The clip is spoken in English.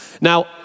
Now